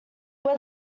when